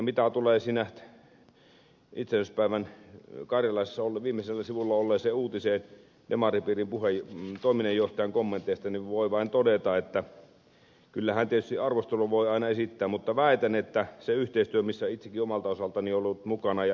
mitä tulee siinä itsenäisyyspäivän karjalaisessa viimeisellä sivulla olleeseen uutiseen demaripiirin toiminnanjohtajan kommenteista niin voin vain todeta että kyllähän tietysti arvostelua voi aina esittää mutta väitän uskon ja tiedän että se yhteistyö missä olen omalta osaltani ollut mukana ja ed